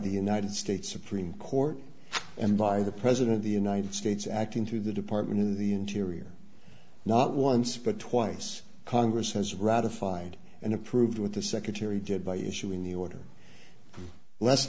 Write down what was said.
the united states supreme court and by the president of the united states acting to the department in the interior not once but twice congress has ratified and approved with the secretary did by issuing the order less